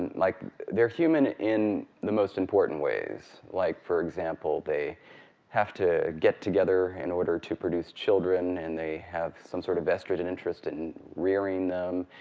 and like they're human in the most important ways. like for example, they have to get together in order to produce children, and they have some sort of vested and interest in rearing them.